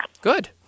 Good